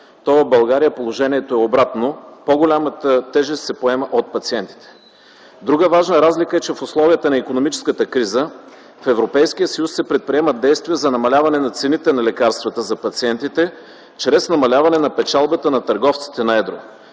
то в България положението е обратно – по-голямата тежест се поема от пациентите. Друга важна разлика е, че в условията на икономическа криза в Европейския съюз се предприемат действия за намаляване на цените на лекарствата за пациентите чрез намаляване на печалбата на търговците на едро.